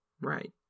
Right